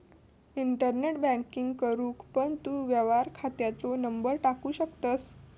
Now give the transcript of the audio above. internet banking करूक पण तू व्यवहार खात्याचो नंबर टाकू शकतंस